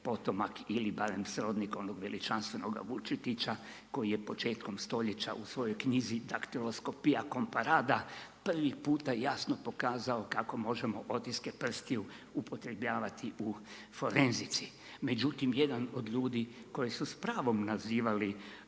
potomak ili barem srodnik onog veličanstvenog Vučetića koji je početkom stoljeća u svojoj knjizi Daktiloskopija comparada prvi puta jasno pokazao kako možemo otiske prstiju upotrjebljavati u forenzici. Međutim jedan od ljudi koje su s pravom nazivali